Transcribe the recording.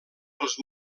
pels